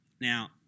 Now